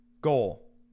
goal